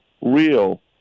real